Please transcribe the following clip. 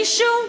מישהו,